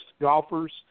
golfers